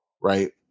right